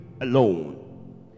alone